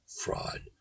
fraud